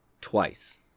twice